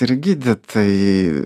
ir gydytojai